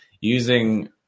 using